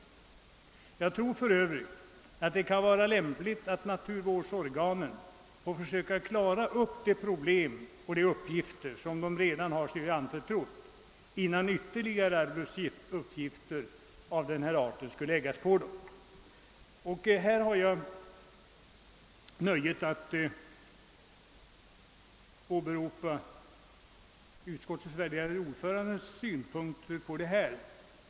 Jag tror för övrigt att det kan vara lämpligt att naturvårdsorganen får försöka klara de problem som de redan har sig anförtrodda, innan ytterligare arbetsuppgifter av denna art läggs på dem. Och härvidlag har jag nöjet att kunna åberopa utskottets värderade ordförande.